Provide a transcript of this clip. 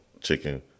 chicken